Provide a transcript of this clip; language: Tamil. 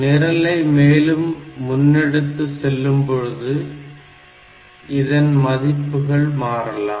நிரலை மேலும் முன்னெடுத்து செல்லும்போது இதன் மதிப்புகள் மாறலாம்